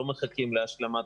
לא מחכים להשלמת